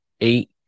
eight